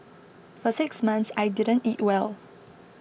for six months I didn't eat well